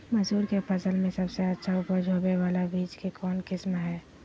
मसूर के फसल में सबसे अच्छा उपज होबे बाला बीज के कौन किस्म हय?